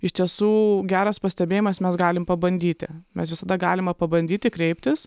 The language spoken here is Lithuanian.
iš tiesų geras pastebėjimas mes galim pabandyti mes visada galima pabandyti kreiptis